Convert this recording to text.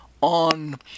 on